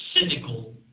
cynical